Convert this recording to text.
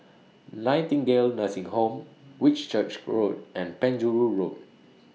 Nightingale Nursing Home Whitchurch Road and Penjuru Road